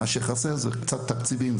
חסרים קצת תקציבים,